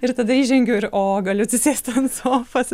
ir tada įžengiu ir o galiu atsisėsti ant sofos